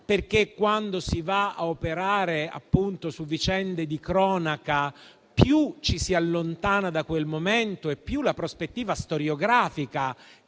e, quando si va a operare su vicende di cronaca, più ci si allontana da quel momento e più la prospettiva storiografica